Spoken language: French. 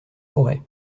pourrais